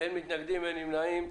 הצבעה התקנות אושרו.